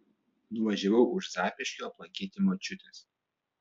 nuvažiavau už zapyškio aplankyti močiutės